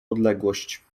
odległość